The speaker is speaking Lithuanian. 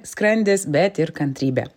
skrandis bet ir kantrybė